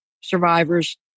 survivors